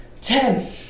Ten